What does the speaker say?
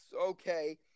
okay